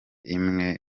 imwe